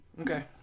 Okay